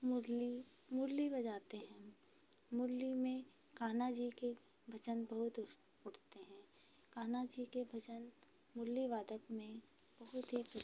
मुरली मुरली बजाते हैं मुरली में कान्हा जी के भजन बहुत उस उठते हैं कान्हा जी के भजन मुरली वादक में बहुत ही